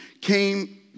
came